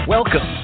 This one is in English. Welcome